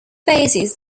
basis